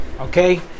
okay